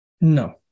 No